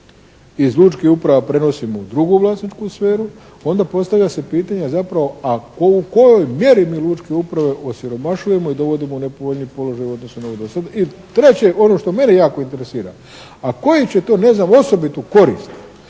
iz lučkih uprava prenosimo u drugu vlasničku sferu onda postavlja se pitanje zapravo a u kojoj mjeri mi lučke uprave osiromašujemo i dovodimo u nepovoljniji položaj u odnosu na … /Govornik se ne razumije./ … do sad. I treće, ono što mene jako interesira a koji će to, ne znam, osobitu korist